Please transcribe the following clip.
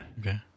Okay